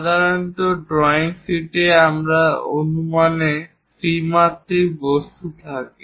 সাধারণত ড্রয়িং শীটে তাদের অনুমানে ত্রিমাত্রিক বস্তু থাকে